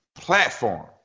Platform